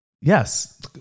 Yes